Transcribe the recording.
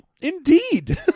Indeed